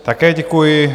Také děkuji.